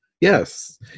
Yes